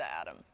Adam